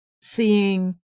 seeing